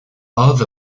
both